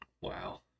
Wow